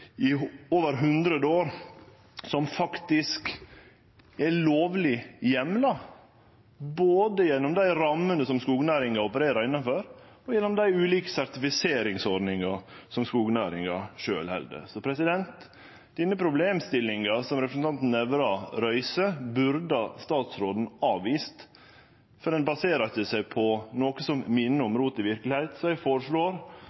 i over hundre år, og som faktisk er lovleg heimla, både gjennom dei rammene som skognæringa opererer innanfor, og gjennom dei ulike sertifiseringsordningane som skognæringa sjølv har. Den problemstillinga som representanten Nævra reiser, burde statsråden avvist, for ho baserer seg ikkje på noko som minner om